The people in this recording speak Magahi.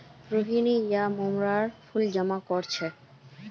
रोहिनी अयेज मोंगरार फूल जमा कर छीले